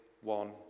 one